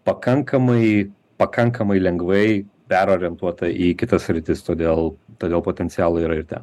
pakankamai pakankamai lengvai perorientuota į kitas sritis todėl todėl potencialo yra ir ten